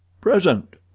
Present